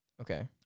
Okay